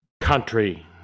country